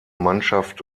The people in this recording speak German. mannschaft